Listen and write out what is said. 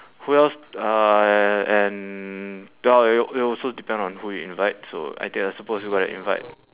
who else uh and and well it will it will also depend on who you invite so I think I suppose you're going to invite